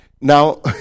Now